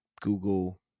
Google